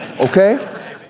Okay